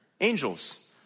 angels